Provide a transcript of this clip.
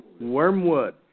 Wormwood